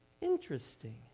Interesting